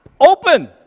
open